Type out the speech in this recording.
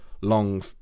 long